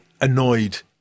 annoyed